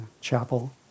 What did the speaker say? chapel